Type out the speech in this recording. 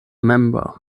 member